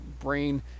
brain